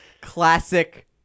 classic